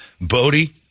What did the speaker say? Bodie